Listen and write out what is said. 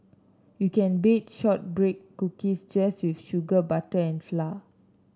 you can bake shortbread cookies just with sugar butter and flour